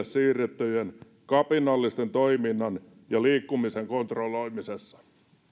siirrettyjen kapinallisten toiminnan ja liikkumisen kontrolloimisessa